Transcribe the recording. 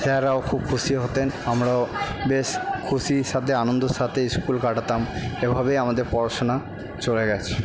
স্যাররাও খুব খুশি হতেন আমরাও বেশ খুশির সাথে আনন্দর সাথে স্কুল কাটাতাম এভাবেই আমাদের পড়াশোনা চলে গেছে